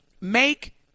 make